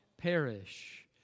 perish